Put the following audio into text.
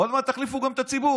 עוד מעט תחליפו גם את הציבור.